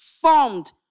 formed